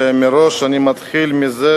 ומראש אני מתחיל מזה